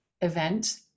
event